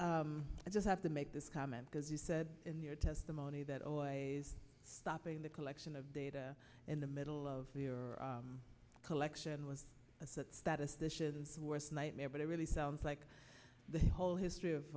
bill i just have to make this comment because you said in your testimony that always stopping the collection of data in the middle of the or collection was as that statistician's worst nightmare but it really sounds like the whole history of